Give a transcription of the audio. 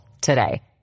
today